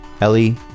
Ellie